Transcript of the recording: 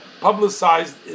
publicized